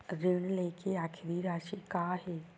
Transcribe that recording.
ऋण लेके आखिरी राशि का हे?